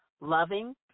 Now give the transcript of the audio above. loving